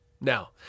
Now